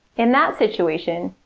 in that situation,